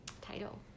title